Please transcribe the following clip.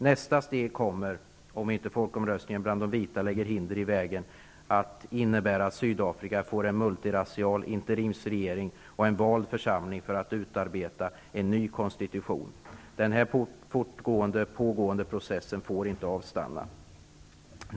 Nästa steg kommer, om inte folkomröstningen bland de vita lägger hinder i vägen, att innebära att Sydafrika får en multirasial interimsregering och en vald församling för att utarbeta en ny konstitution. Den pågående processen får inte avstanna.